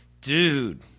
dude